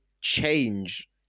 change